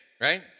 right